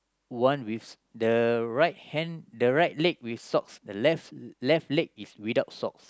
one with the right hand the right leg with socks the left left leg is without socks